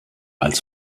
als